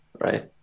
right